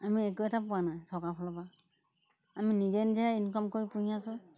আমি একো এটা পোৱা নাই চৰকাৰৰ ফালৰ পৰা আমি নিজে নিজে ইনকাম কৰি পুহি আছোঁ